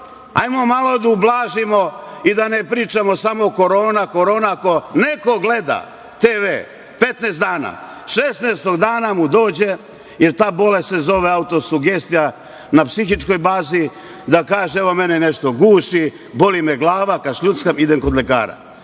hajmo malo da ublažimo i da ne pričamo samo korona, korona. Ako neko gleda tv 15 dana, 16-og dana mu dođe, i ta bolest se zove autosugestija, na psihičkoj bazi da kaže – mene nešto guši, boli me glava, kašljuckam, idem kod lekara.